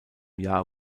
jahr